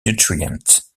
nutrients